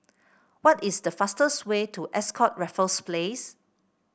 what is the fastest way to Ascott Raffles Place